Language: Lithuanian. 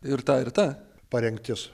ir tai ir ta parengtis